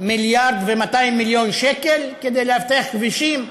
1.2 מיליארד שקל כדי לאבטח כבישים ותאורה?